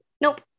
Nope